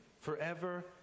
forever